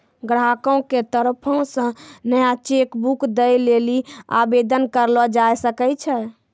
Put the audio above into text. ग्राहको के तरफो से नया चेक बुक दै लेली आवेदन करलो जाय सकै छै